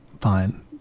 fine